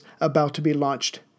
about-to-be-launched